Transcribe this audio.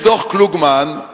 יש דוח-קלוגמן,